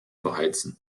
beheizen